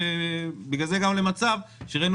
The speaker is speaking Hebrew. קריטריונים ובגלל זה הגענו למצב שראינו